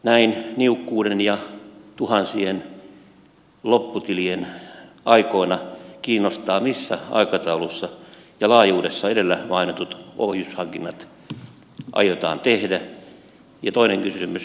näin niukkuuden ja tuhansien lopputilien aikoina kiinnostaa missä aikataulussa ja laajuudessa edellä mainitut ohjushankinnat aiotaan tehdä ja toinen kysymys